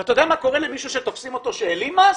אתה יודע מה קורה למישהו שתופסים אותו שהעלים מס?